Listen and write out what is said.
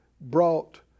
brought